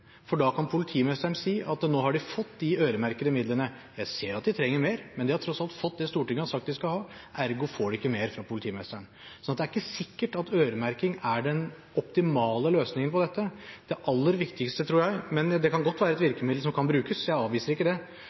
for da kan politimesteren si at nå har de fått de øremerkede midlene – jeg ser at de trenger mer, men de har tross alt fått det som Stortinget har sagt at de skal ha, ergo får de ikke mer fra politimesteren. Så det er ikke sikkert at øremerking er den optimale løsningen på dette, men det kan godt være et virkemiddel som kan brukes, jeg avviser ikke det.